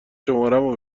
شمارمو